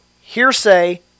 hearsay